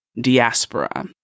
Diaspora